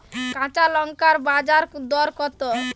কাঁচা লঙ্কার বাজার দর কত?